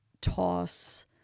toss